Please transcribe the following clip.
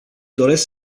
doresc